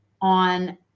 on